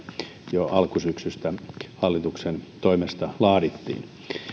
jo alkusyksystä hallituksen toimesta laadittiin